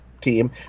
team